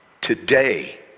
today